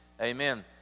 Amen